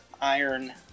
iron